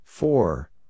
Four